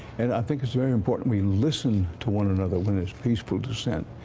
and i think it's very important we listen to one another when it's peaceful decent.